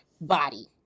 body